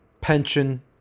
pension